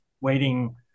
waiting